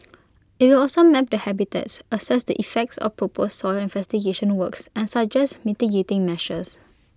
IT will also map the habitats assess the effects of proposed soil investigation works and suggest mitigating measures